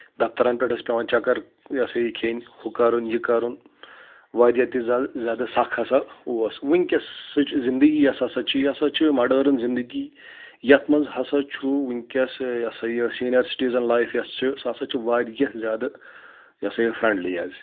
دَفتَرَن پؠٹھ ٲسۍ پؠوان چَکر یہِ ہَسا یہِ کھؠنۍ ہُہ کَرُن یہِ کَرُن واریاہ تہِ زیادٕ زیادٕ سخ ہَسا اوس وٕنکؠس سٕچ زندگی یۄس ہَسا چھِ یہِ ہَسا چھِ ماڈٲرٕن زندگی یَتھ منٛز ہسا چھُ وٕنکیٚس یہِ ہَسا یہِ سیٖنیر سِٹزَن لایف یۄس چھِ سُہ ہَسا چھُ واریاہ زیادٕ یہِ ہَسا یہِ فرینٛڈلی حظ